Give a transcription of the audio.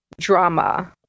drama